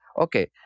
okay